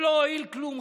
שלא הועיל כלום,